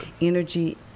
energy